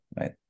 right